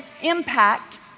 impact